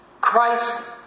Christ